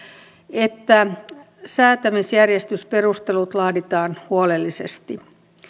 että säätämisjärjestysperustelut laaditaan huolellisesti